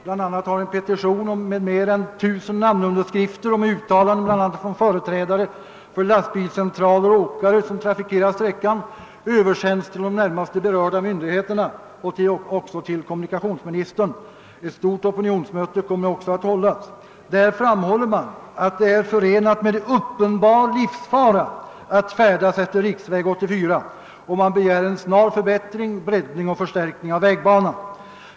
Bl.a. har en petition med mer än 1000 namnunderskrifter och med uttalanden bl.a. av företrädare för lastbilscentraler och åkare som trafikerar sträckan översänts till de närmast berörda myndigheterna — även till kommunikationsministern. Ett stort opinionsmöte kommer också att hållas. I petitionsskrivelsen framhålles att det är förenat med uppenbar livsfara att färdas efter riksväg 84, och man begär en snar förbättring, breddning och förstärkning av vägbanan.